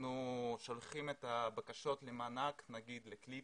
אנחנו שולחים את הבקשות למענק ואכן לקליפ